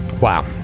Wow